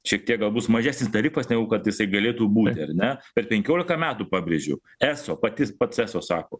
šiek tiek gal bus mažesnis tarifas negu kad jisai galėtų būti ar ne per penkiolika metų pabrėžiu eso pati pats eso sako